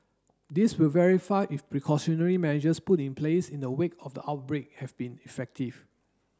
this will verify if precautionary measures put in place in the wake of the outbreak have been effective